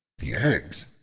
the eggs,